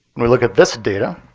when we look at this data,